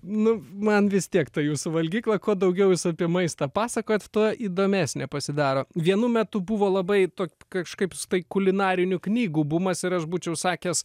nu man vis tiek ta jūsų valgykla kuo daugiau jūs apie maistą pasakojat tuo įdomesnė pasidaro vienu metu buvo labai to kažkaips tai kulinarinių knygų bumas ir aš būčiau sakęs